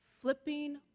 Flipping